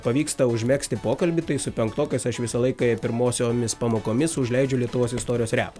pavyksta užmegzti pokalbį tai su penktokais aš visą laiką pirmosiomis pamokomis užleidžiu lietuvos istorijos repą